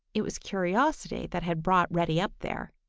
it was curiosity that had brought reddy up there.